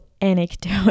anecdote